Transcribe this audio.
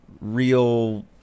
real